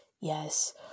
yes